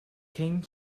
king